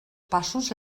passos